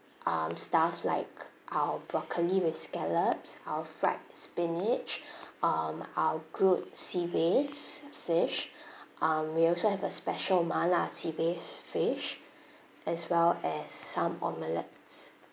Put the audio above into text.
um stuff like our broccoli with scallops our fried spinach um our grilled sea bass fish um we also have a special mala sea bass fish as well as some omelettes